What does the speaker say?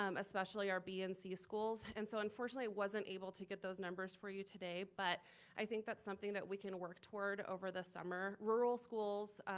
um especially our bnc schools. and so unfortunately, i wasn't able to get those numbers for you today, but i think that's something that we can work toward over the summer. rural schools,